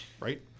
right